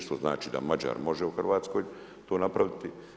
Što znači da Mađar može u Hrvatskoj to napraviti.